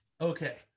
Okay